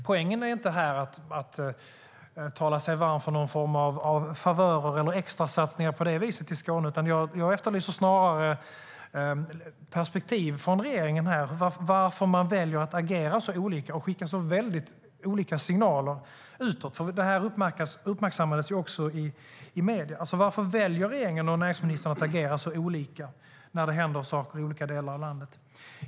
Poängen är inte att tala sig varm för någon favör eller extrasatsningar i Skåne, utan jag efterlyser snarare vad regeringen har för perspektiv. Varför väljer man att agera så olika och skicka så olika signaler utåt? Det här uppmärksammades ju också i medierna. Varför väljer regeringen och näringsministern att agera så olika när det händer saker i olika delar av landet?